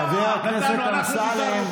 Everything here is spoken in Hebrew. חבר הכנסת אמסלם,